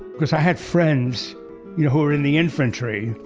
because i had friends you know who were in the infantry.